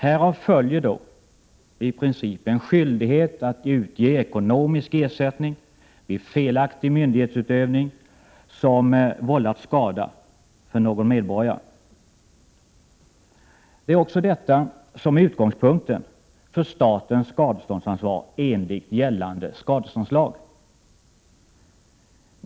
Härav följer i princip en skyldighet att utge ekonomisk ersättning vid felaktig myndighetsutövning som vållat skada för någon medborgare. Detta är också utgångspunkten för statens skadeståndsansvar enligt gällande skadeståndslag.